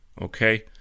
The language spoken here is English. okay